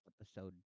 episode